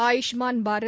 Ayushman Bharat